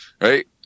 right